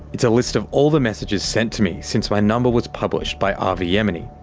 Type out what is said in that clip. it's a list of all the messages sent to me since my number was published by avi yemini.